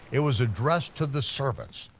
it was addressed to the servants,